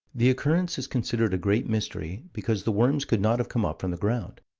the occurrence is considered a great mystery, because the worms could not have come up from the ground,